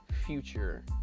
future